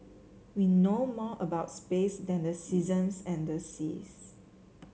we know more about space than the seasons and the seas